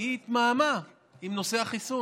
שהיא התמהמהה עם נושא החיסון,